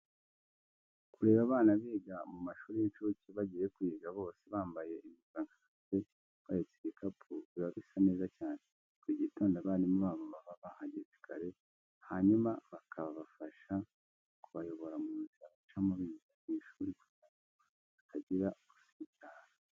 Kureba abana biga mu mashuri y'incuke bagiye kwiga, bose bambaye impuzankano ndetse bahetse ibikapu, biba bisa neza cyane. Buri gitondo abarimu babo baba bahageze kare, hanyuma bakabafasha kubayobora mu nzira bacamo binjira mu ishuri kugira ngo hatagira usitara.